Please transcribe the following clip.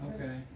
Okay